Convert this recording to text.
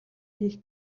хийх